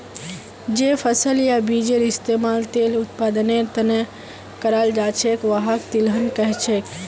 जे फसल या बीजेर इस्तमाल तेल उत्पादनेर त न कराल जा छेक वहाक तिलहन कह छेक